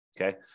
okay